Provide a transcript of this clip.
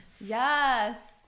yes